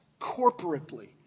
corporately